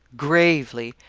gravely,